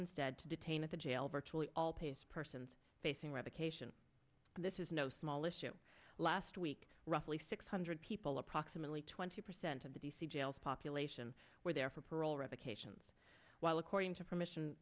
instead to detain at the jail virtually all pages persons facing revocation this is no small issue last week roughly six hundred people approximately twenty percent of the d c jails population were there for parole revocations while according to permission